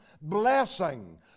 Blessing